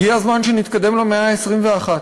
הגיע הזמן שנתקדם למאה ה-21,